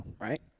Right